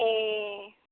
ए